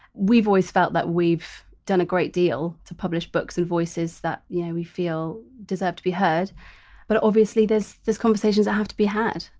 we've always felt that we've done a great deal to publish books and voices that you know we feel deserve to be heard but obviously there's, there's conversations that have to be had.